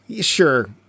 sure